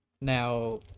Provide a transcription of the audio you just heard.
now